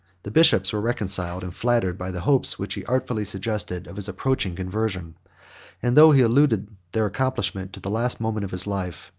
the bishops were reconciled, and flattered, by the hopes, which he artfully suggested, of his approaching conversion and though he eluded their accomplishment to the last moment of his life,